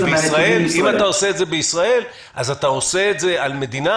אם אתה עושה את זה בישראל אז אתה עושה את זה על מדינה